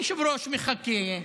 אם הסיבה, היושב-ראש מחכה.